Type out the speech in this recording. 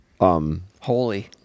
Holy